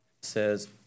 says